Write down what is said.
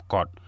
God